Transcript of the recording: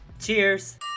Cheers